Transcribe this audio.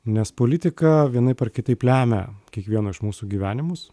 nes politika vienaip ar kitaip lemia kiekvieno iš mūsų gyvenimus